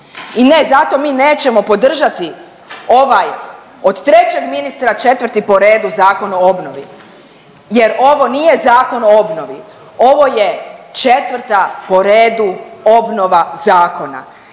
I ne, zato mi nećemo podržati ovaj, od trećeg ministra, četvrti po redu Zakon o obnovi jer ovo nije zakon o obnovi, ovo je četvrta po redu obnova zakona